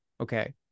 okay